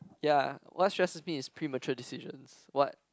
ya what stresses me is premature decisions what